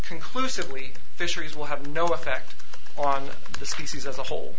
conclusively fisheries will have no effect on the species as a whole